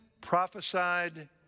prophesied